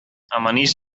amanix